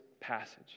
passage